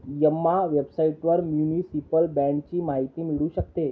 Emma वेबसाइटवर municipal बाँडची माहिती मिळू शकते